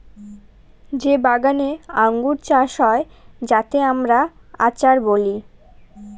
যে বাগানে আঙ্গুর চাষ হয় যাতে আমরা আচার বলি